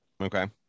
okay